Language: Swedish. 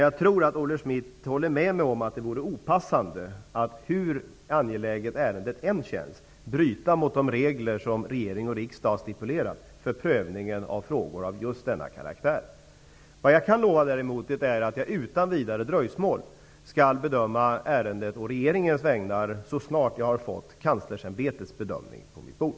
Jag tror att Olle Schmidt håller med mig om att det vore opassande att hur angeläget ärendet än känns bryta mot de regler som regering och riksdag har stipulerat för prövning av frågor av denna karaktär. Jag kan däremot lova att jag utan vidare dröjsmål skall bedöma ärendet å regeringens vägnar så snart jag har fått Kanslersämbetets bedömning på mitt bord.